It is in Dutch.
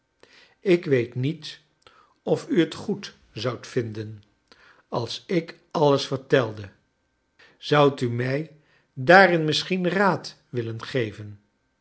ik weet niet of u t goed zoudt vinden als ik alles vertelde zoudt u mij daarin misschien raad wiilen geven